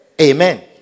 Amen